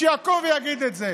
שיקום ויגיד את זה.